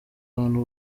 abantu